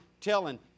telling